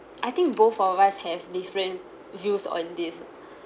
I think both of us have different views on this